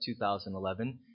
2011